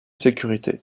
sécurité